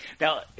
Now